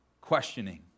questioning